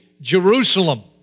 Jerusalem